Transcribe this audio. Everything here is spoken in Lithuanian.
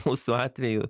mūsų atveju